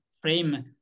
frame